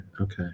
Okay